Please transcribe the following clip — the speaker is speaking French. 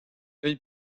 une